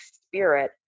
spirit